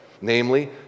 namely